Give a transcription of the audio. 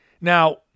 Now